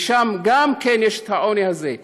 וגם שם יש העוני הזה,